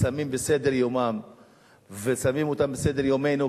על סדר-יומה ושמה אותם על סדר-יומנו,